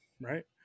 right